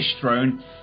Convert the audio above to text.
throne